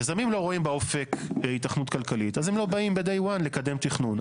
יזמים לא רואים באופק היתכנות כלכלית אז הם לא באים ב-day 1 לקדם תכנון.